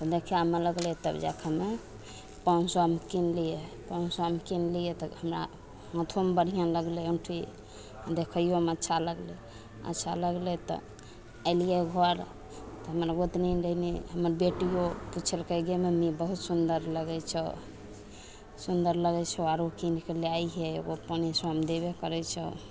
तऽ देखयमे लगलय तब जाके हमे पाँच सओमे किनलियै पाँच सओमे किनलियै तऽ हमरा हाथोमे बढ़िआँ लगलय औँठी देखैयोमे अच्छा लगलय अच्छा लगलय तऽ एलियै घर तऽ हमर गोतनी हमर बेटियो पुछलकै गे मम्मी बहुत सुन्दर लगय छौ सुन्दर लगय छौ आरो किनके लए अइहें एगो पाँचे सओमे देबे करय छौ